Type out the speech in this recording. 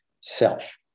self